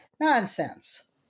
Nonsense